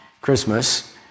Christmas